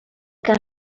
que